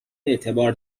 اعتبار